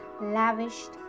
lavished